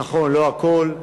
נכון, לא הכול,